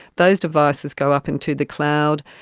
those devices go up into the cloud.